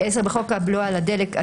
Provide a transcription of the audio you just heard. בחוק הבלו על הדלק,